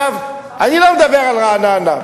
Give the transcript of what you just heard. אני לא מדבר על רעננה.